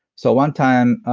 so one time,